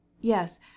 Yes